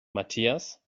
matthias